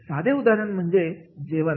साधे उदाहरण म्हणजे जेवण